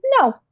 no